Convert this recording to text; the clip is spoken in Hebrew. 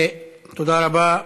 תודה רבה.